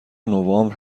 نوامبر